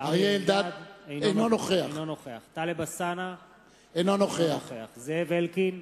אינו נוכח טלב אלסאנע, אינו נוכח זאב אלקין,